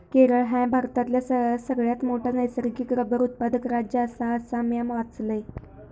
केरळ ह्या भारतातला सगळ्यात मोठा नैसर्गिक रबर उत्पादक राज्य आसा, असा म्या वाचलंय